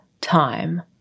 time